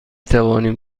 توانیم